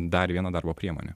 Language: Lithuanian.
dar viena darbo priemonė